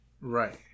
Right